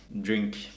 drink